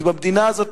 כי במדינה הזאת,